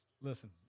Listen